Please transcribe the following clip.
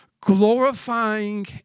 glorifying